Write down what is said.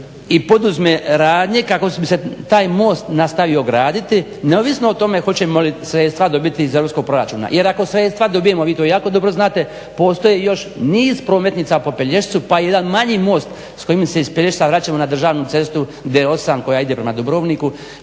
i poduzme radnje kako bi se taj most nastavio graditi neovisno o tome hoćemo li sredstva dobiti iz europskog proračuna. jer ako sredstva dobijemo vi to jako dobro znate postoje još niz prometnica po Pelješcu pa i jedan manji most s kojim se iz Pelješca vraćamo na državnu cestu D8 koja ima prema Dubrovniku